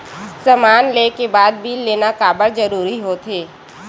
समान ले के बाद बिल लेना काबर जरूरी होथे?